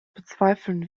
bezweifeln